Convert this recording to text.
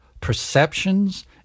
perceptions